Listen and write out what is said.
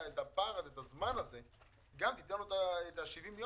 לצערי אנחנו